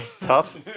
Tough